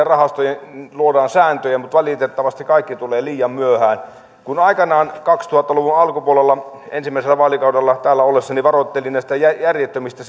rahastoille luodaan sääntöjä mutta valitettavasti kaikki tulee liian myöhään aikanaan kaksituhatta luvun alkupuolella ensimmäisellä vaalikaudella täällä ollessani varoittelin näistä järjettömistä